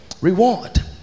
reward